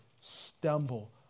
stumble